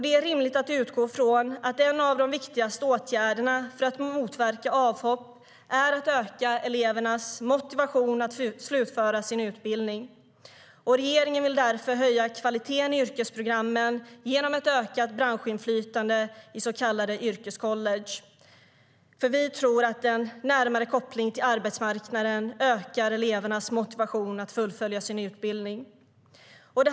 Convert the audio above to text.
Det är rimligt att utgå från att en av de viktigaste åtgärderna för att motverka avhopp är att öka elevernas motivation att slutföra sin utbildning. Regeringen vill höja kvaliteten i yrkesprogrammen genom ett ökat branschinflytande i så kallade yrkescollege. Vi tror att en närmare koppling till arbetsmarknaden ökar elevernas motivation att fullfölja sin utbildning.